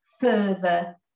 further